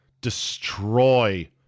destroy